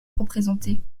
représenté